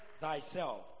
thyself